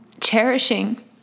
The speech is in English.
cherishing